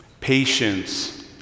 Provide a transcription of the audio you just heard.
patience